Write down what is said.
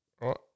Right